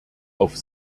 auf